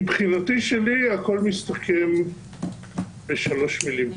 מבחינתי שלי הכול מסתכם בשלוש מילים,